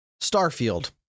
Starfield